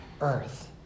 earth